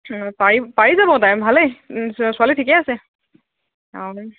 পাৰি পাৰি যাব তাই ভালেই ছোৱালী ঠিকে আছে অঁ